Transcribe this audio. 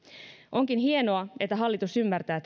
onkin hienoa että hallitus ymmärtää